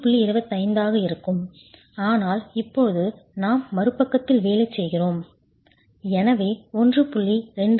25 ஆக இருக்கும் ஆனால் இப்போது நாம் மறுபக்கத்தில் வேலை செய்கிறோம் எனவே 1